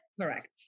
Correct